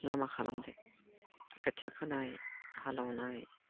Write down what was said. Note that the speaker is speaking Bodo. लामा खालामदो खोथिया फोनाय हालेवनाय